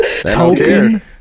Token